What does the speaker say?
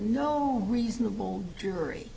no reasonable jury